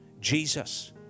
Jesus